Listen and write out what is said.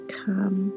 come